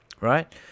Right